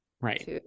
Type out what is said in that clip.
Right